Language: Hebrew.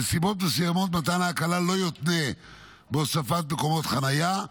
בנסיבות מסוימות מתן ההקלה לא יותנה בהוספת מקומות חניה,